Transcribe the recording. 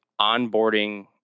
onboarding